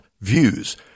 views